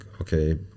okay